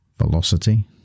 velocity